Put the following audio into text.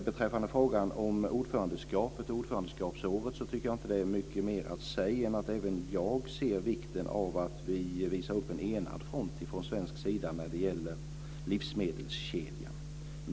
Beträffande frågan om ordförandeskapet och ordförandeskapsåret tycker jag inte att det är mycket mer att säga än att även jag ser vikten av att vi visar upp en enad front från svensk sida när det gäller livsmedelskedjan.